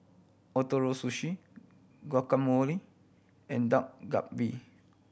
Ootoro Sushi Guacamole and Dak Galbi